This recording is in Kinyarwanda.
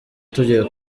tugiye